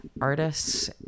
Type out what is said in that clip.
artists